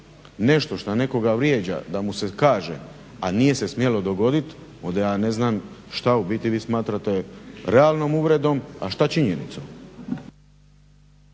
nešto što nekoga vrijeđa da mu se kaže, a nije se smjelo dogodit onda ja ne znam šta u biti vi smatrate realnom uvredom, a šta činjenicom.